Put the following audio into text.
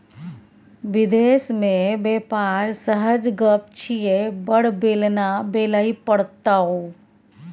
विदेश मे बेपार सहज गप छियै बड़ बेलना बेलय पड़तौ